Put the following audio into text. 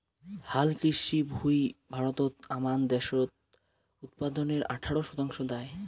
হালকৃষি ভুঁই ভারতত আমান দ্যাশজ উৎপাদনের আঠারো শতাংশ দ্যায়